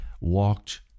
walked